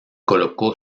colocó